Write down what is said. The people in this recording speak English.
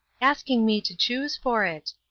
asking me to choose for it.